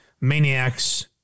maniacs